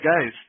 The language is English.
guys